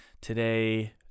Today